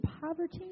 poverty